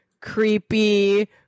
creepy